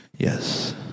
Yes